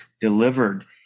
delivered